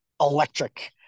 electric